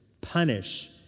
punish